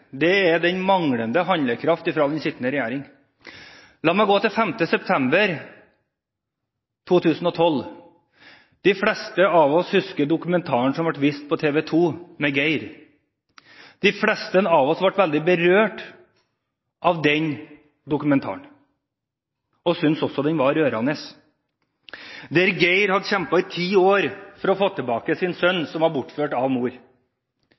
er den sittende regjeringens manglende handlekraft. La meg gå tilbake til 5. september 2012. De fleste av oss husker dokumentaren om Geir som ble vist på TV 2. De fleste av oss ble veldig berørt av denne dokumentaren og syntes den var rørende. Den handlet om Geir, som hadde kjempet i ti år for å få tilbake sin sønn som var bortført av mor.